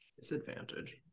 Disadvantage